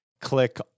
click